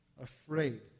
afraid